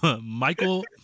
Michael